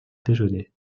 déjeuner